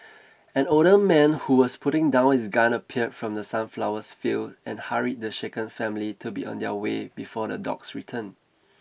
an older man who was putting down his gun appeared from the sunflowers fields and hurried the shaken family to be on their way before the dogs return